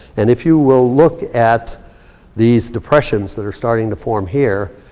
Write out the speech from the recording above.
and if you will look at these depressions that are starting to form here.